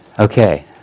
Okay